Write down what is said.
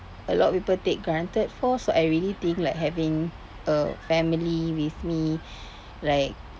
a lot of people take granted for so I really think like having a family with me like